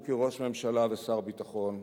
הוא, כראש ממשלה ושר ביטחון,